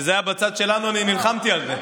כשזה היה בצד שלנו אני נלחמתי על זה.